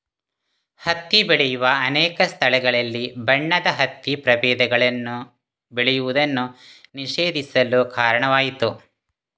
ಹತ್ತಿ ಬೆಳೆಯುವ ಅನೇಕ ಸ್ಥಳಗಳಲ್ಲಿ ಬಣ್ಣದ ಹತ್ತಿ ಪ್ರಭೇದಗಳನ್ನು ಬೆಳೆಯುವುದನ್ನು ನಿಷೇಧಿಸಲು ಕಾರಣವಾಯಿತು